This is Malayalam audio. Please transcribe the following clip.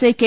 I K